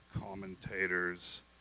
commentators